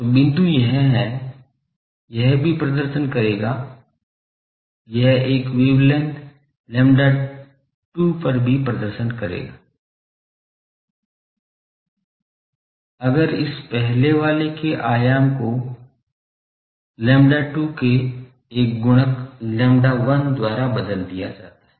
तो बिंदु यह है यह भी प्रदर्शन करेगा यह एक वेवलेंथ lambda 2 पर भी प्रदर्शन करेगा अगर इस पहले वाले के आयाम को lambda 2 के एक गुणक lambda 1 द्वारा बदल दिया जाता है